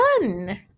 done